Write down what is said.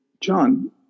John